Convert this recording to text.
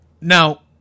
Now